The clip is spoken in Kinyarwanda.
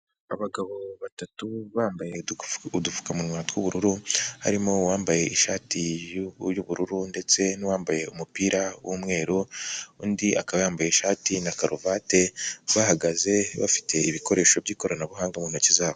Abagabo batatu bambaye udupfukamunwa tw'ubururu harimo uwambaye ishati y'ubururu ndetse n'uwambaye umupira wumweru undi akaba yambaye ishati na karuvati bahagaze bafite ibikoresho by'ikoranabuhanga mu ntoki zabo.